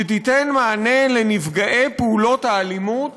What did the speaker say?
שתיתן מענה לנפגעי פעולות אלימות